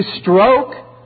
stroke